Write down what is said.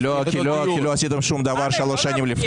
כי לא עשיתם שום דבר שלוש שנים לפני.